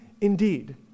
indeed